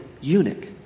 eunuch